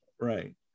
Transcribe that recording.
Right